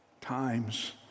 times